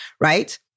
Right